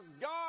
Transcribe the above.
God